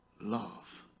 love